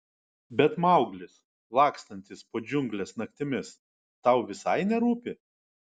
bet mauglis lakstantis po džiungles naktimis tau visai nerūpi